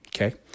Okay